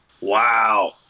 Wow